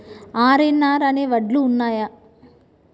RNR అనే వడ్లు ఉన్నయా?